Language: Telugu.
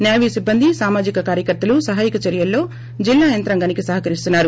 సేవీ సిబ్బంది సామజిక కార్యకర్తలు సహాయక చర్యలలో జిల్లా యంత్రాంగానికి సహకరిస్తున్నారు